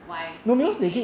why new game